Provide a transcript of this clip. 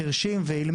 חירשים ואילמים וכו'.